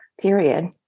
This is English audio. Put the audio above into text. period